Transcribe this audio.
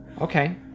okay